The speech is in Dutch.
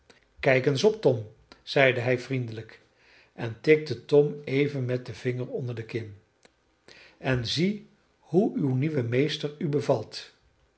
kijk eens op tom zeide hij vriendelijk en tikte tom even met den vinger onder de kin en zie hoe uw nieuwe meester u bevalt